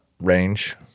range